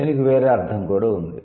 దీనికి వేరే అర్ధం కూడా ఉంది